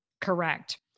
Correct